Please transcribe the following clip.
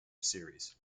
series